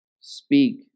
speak